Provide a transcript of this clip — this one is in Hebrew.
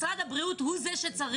משרד הבריאות הוא זה שצריך.